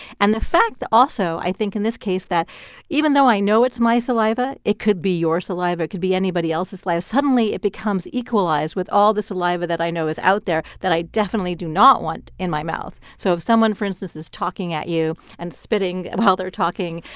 and the fact, also, i think in this case that even though i know it's my saliva, it could be your saliva. it could be anybody else's like saliva. suddenly it becomes equalized with all the saliva that i know is out there that i definitely do not want in my mouth. so if someone, for instance, is talking at you and spitting while they're talking,